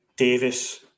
Davis